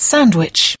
Sandwich